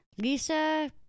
Lisa